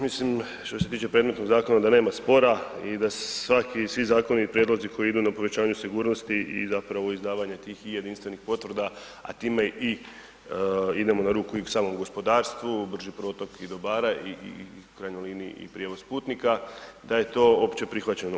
Mislim, što se tiče predmetnog zakona da nema spora i da svaki, svi zakoni koji idu na povećanje sigurnosti i zapravo izdavanje tih i jedinstvenih potvrda, a time i idemo na ruku samom gospodarstvu, brži protok i dobara, i u krajnjoj liniji i prijevoz putnika, da je to opće prihvaćeno.